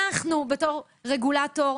אנחנו בתור רגולטור,